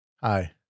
Hi